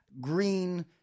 green